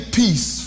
peace